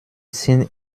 sind